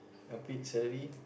a bit salary